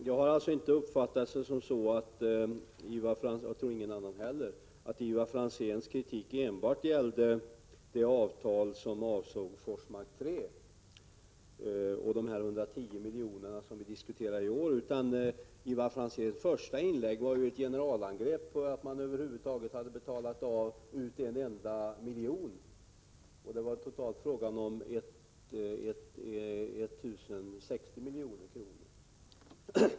Jag har inte uppfattat det så — ingen annan heller, tror jag — att Ivar Franzéns kritik enbart gäller det avtal som avsåg Forsmark 3 och de 110 miljoner som vi diskuterade i år. Ivar Franzéns första inlägg var ju ett generalangrepp för att man över huvud taget hade betalat ut en enda miljon. Det var fråga om totalt 1 060 miljoner.